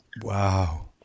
Wow